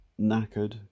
knackered